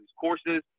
courses